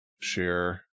share